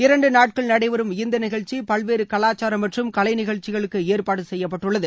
இரண்டு நாட்கள் நடைபெறும் இந்த நிஷழ்ச்சி பல்வேறு கலாச்சாரம் மற்றும் கலை நிஷழ்ச்சிகளுக்கு ஏற்பாடு செய்யப்பட்டுள்ளது